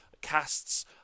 casts